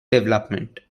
development